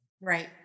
Right